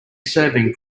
serving